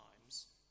times